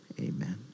Amen